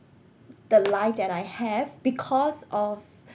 the life that I have because of